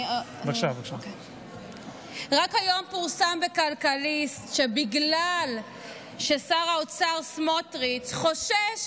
רק היום פורסם בכלכליסט שבגלל ששר האוצר סמוטריץ' חושש